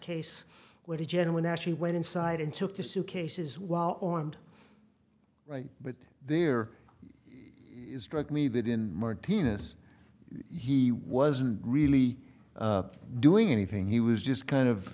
case where the gentleman actually went inside and took the suitcases well or and right but there is drug me that in martina's he wasn't really doing anything he was just kind of